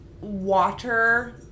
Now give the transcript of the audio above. water